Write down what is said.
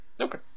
Okay